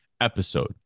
episode